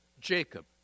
Jacob